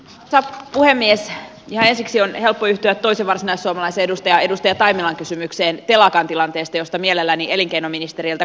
sitä puhemies ja ensiksi on helpoin tie toisi varsinaissuomalaisedustaja edustaja taimelan kysymykseen telakan tilanteesta josta mielelläni elinkeinoministeriltä